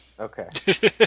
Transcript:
Okay